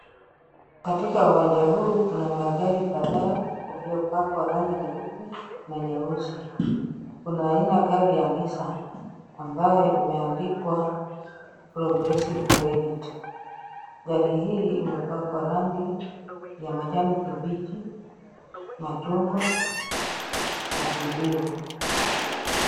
Katika uwanja huu kuna magari kadhaa yaliyopakwa rangi nyeupe na nyeusi, kuna gari aina ya nissan ambayo imeandikwa progressive credit , gari hii imepakwa rangi ya kijani kibichi, machungwa na kijivu.